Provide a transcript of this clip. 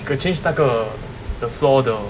they got change 那个 the floor 的